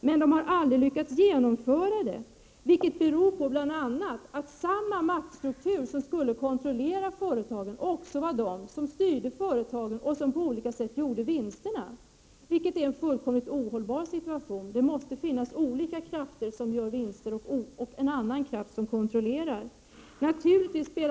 Men man har aldrig lyckats genomföra kraven, vilket bl.a. beror på att samma maktstruktur som skulle kontrollera företagen också styrde företagen och på olika sätt gjorde vinsterna. Det är en fullkomligt ohållbar situation. Det måste vara en kraft som gör vinster och en annan som kontrollerar.